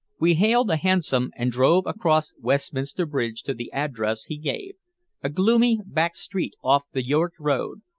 we hailed a hansom and drove across westminster bridge to the address he gave a gloomy back street off the york road,